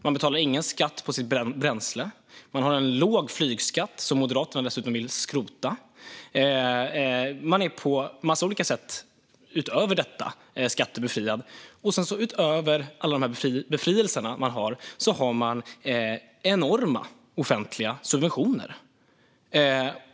Man betalar ingen skatt på sitt bränsle, man har en låg flygskatt, som Moderaterna dessutom vill skrota, och man är skattebefriad på en massa olika sätt utöver detta. Och sedan, utöver alla dessa befrielser, har man enorma offentliga subventioner.